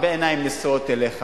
הרבה עיניים נשואות אליך,